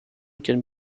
can